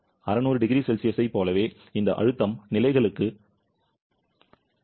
600 0C ஐப் போலவே இந்த அழுத்தம் நிலைகளுக்கு பிழை உண்மையில் 0 ஆகிறது